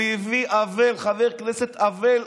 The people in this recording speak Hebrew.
הוא הביא חבר כנסת אבל,